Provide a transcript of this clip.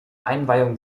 einweihung